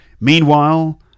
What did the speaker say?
Meanwhile